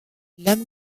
l’homme